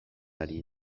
ari